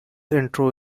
intro